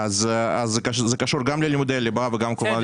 זה קשור גם ללימודי הליבה וגם כמובן